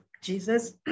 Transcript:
Jesus